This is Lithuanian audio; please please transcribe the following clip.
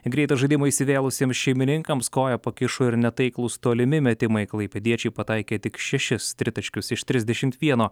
greitą žaidimą įsivėlusiems šeimininkams koją pakišo ir netaiklūs tolimi metimai klaipėdiečiai pataikė tik šešis tritaškius iš trisdešimt vieno